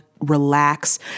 relax